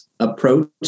approach